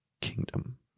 kingdom